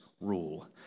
rule